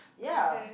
ya